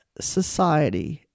society